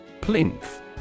Plinth